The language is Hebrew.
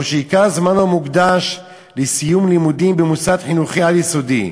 או שעיקר זמנו מוקדש לסיום לימודים במוסד חינוכי על-יסודי.